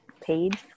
page